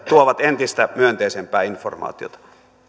tuovat entistä myönteisempää informaatiota